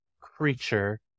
creature